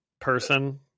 person